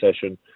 session